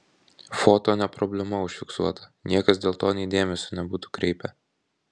foto ne problema užfiksuota niekas dėl to nei dėmesio nebūtų kreipę